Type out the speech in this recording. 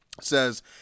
says